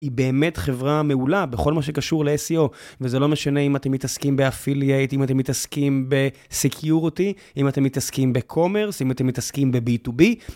היא באמת חברה מעולה בכל מה שקשור ל-SEO וזה לא משנה אם אתם מתעסקים באפיליאט, אם אתם מתעסקים בסיקיוריטי, אם אתם מתעסקים בקומרס, אם אתם מתעסקים ב-B2B.